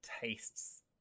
tastes